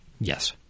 Yes